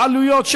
בעלויות,